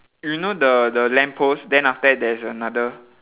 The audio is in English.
you know the the lamppost then after that there's another